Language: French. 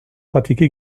pratique